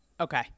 Okay